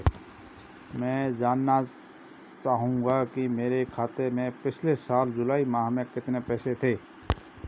मैं जानना चाहूंगा कि मेरे खाते में पिछले साल जुलाई माह में कितने पैसे थे?